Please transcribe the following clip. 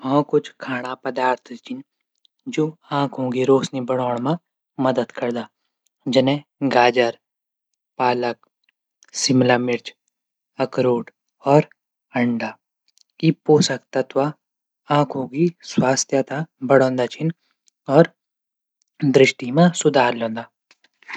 हाँ कुछ खाणा पदार्थ छन जू आंखो रोशनी बढाण मा मदद करदा ।जनैई गाजर पालक, शिमला मिर्च, अखरोट, अर अंडा।।ई पोषक तत्व आंखो की स्वास्थ्य तै बढोंदा छिन। और दृष्टि मा सुधार लांदा।